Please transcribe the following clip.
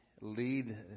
lead